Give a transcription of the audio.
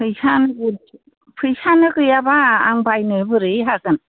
फैसानो गरसेबो फैसायानो गैयाबा आं बायनो बोरै हागोन